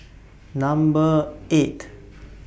Number eight